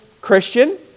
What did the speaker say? Christian